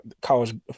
college